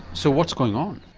so what's going on?